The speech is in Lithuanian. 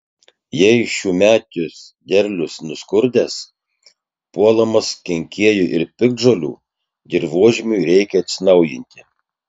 jei šiųmetis derlius nuskurdęs puolamas kenkėjų ir piktžolių dirvožemiui reikia atsinaujinti